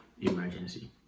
emergency